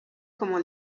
como